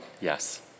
Yes